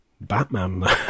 Batman